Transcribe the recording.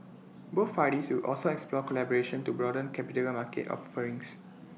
both parties will also explore collaboration to broaden capital market offerings